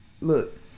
look